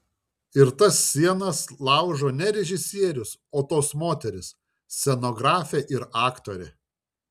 ir tas sienas laužo ne režisierius o tos moterys scenografė ir aktorė